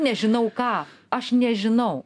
nežinau ką aš nežinau